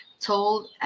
told